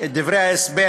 את דברי ההסבר